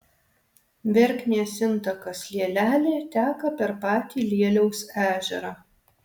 verknės intakas lielelė teka per patį lieliaus ežerą